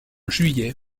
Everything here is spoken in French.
juillet